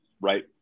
right